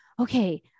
okay